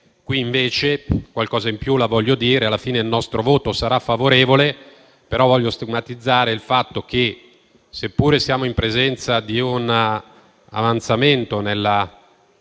dire invece qualcosa in più. Alla fine il nostro voto sarà favorevole, però voglio stigmatizzare un fatto: seppure siamo in presenza di un avanzamento a